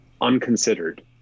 unconsidered